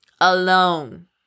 alone